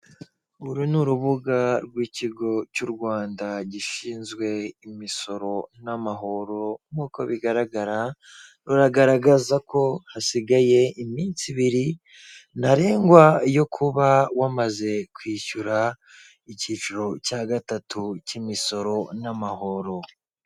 Uru ni urubuga rw'ikigo cy'u rwanda gishinzwe imisoro n'amahoro nk'uko bigaragara, rugaragaza ko hasigaye iminsi ibiri ntarengwa yo kuba wamaze kwishyura icyiciro cya gatatu cy'imisoro n'amahoro.